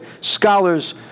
scholars